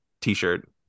T-shirt